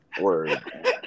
Word